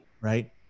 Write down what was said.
right